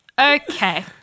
Okay